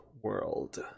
world